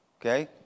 Okay